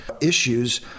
issues